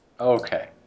Okay